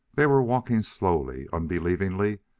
they were walking slowly, unbelievingly,